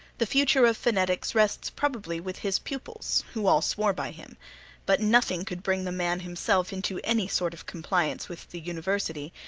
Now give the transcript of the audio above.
the future of phonetics rests probably with his pupils, who all swore by him but nothing could bring the man himself into any sort of compliance with the university,